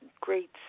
great